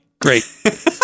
great